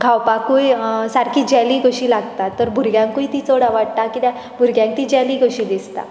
खावपाकूय सारकी जॅली कशी लागता तर भुरग्यांकूय ती चड आवाडटा कित्याक भुरग्यांक ती जॅली कशी दिसता